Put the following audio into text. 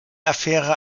affäre